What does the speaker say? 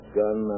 gun